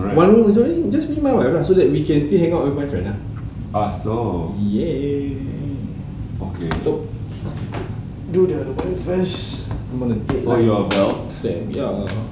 one room I mean I just bring my wife so we can still hang out with my friend ah !yay! do the what first ya